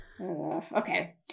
Okay